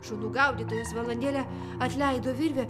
šunų gaudytojas valandėlę atleido virvę